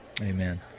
Amen